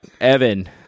Evan